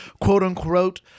quote-unquote